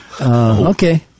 Okay